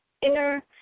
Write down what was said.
inner